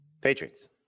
Patriots